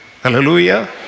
Hallelujah